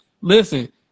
Listen